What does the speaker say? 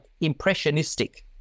impressionistic